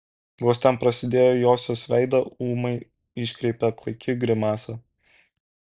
vos ten prasidėjo josios veidą ūmai iškreipė klaiki grimasa